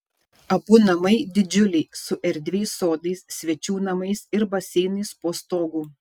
abu namai didžiuliai su erdviais sodais svečių namais ir baseinais po stogu